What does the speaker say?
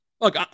Look